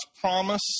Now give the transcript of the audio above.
promise